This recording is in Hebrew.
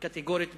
הקטגורית ביותר.